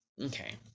Okay